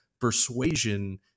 persuasion